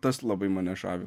tas labai mane žavi